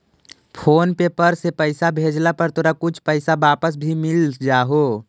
phone पे पर से पईसा भेजला पर तोरा कुछ पईसा वापस भी मिल जा हो